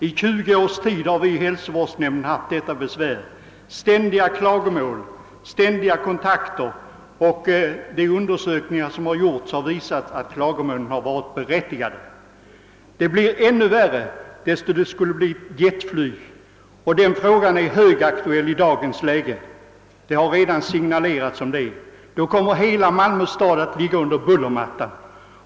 I Malmö hälsvårdsnämnd har vi i 20 år fått ständiga klagomål om flygbullret, som företagna undersökningar har visat vara fullt berättigade, och det blir än värre när vi får jetflyg — vilket nu börjar bli högaktuellt. Det har redan signalerats att vi skall få det. Då kommer hela Malmö stad att ligga under en bullermatta.